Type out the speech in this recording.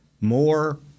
more